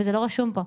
וזה לא רשום פה.